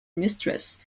mistress